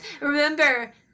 remember